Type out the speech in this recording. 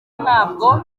ntabwo